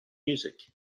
music